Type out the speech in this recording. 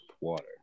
water